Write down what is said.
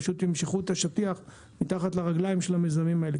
הם פשוט ימשכו את השטיח מתחת לרגליים של המיזמים האלה,